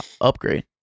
Upgrade